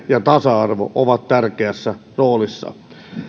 ja tasa arvo ovat tärkeässä roolissa